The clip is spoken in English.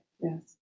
Yes